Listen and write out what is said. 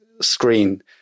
screen